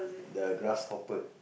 the grasshopper